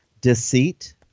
Deceit